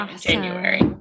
January